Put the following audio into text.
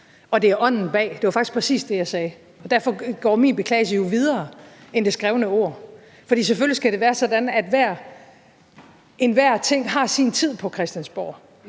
og det er ånden bag. Det var faktisk præcis det, jeg sagde. Derfor går min beklagelse jo videre end det skrevne ord. For selvfølgelig skal det være sådan, at enhver ting har sin tid på Christiansborg.